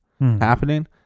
happening